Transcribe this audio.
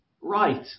right